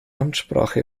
amtssprache